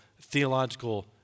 theological